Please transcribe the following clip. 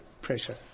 Pressure